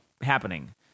happening